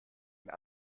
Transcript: mir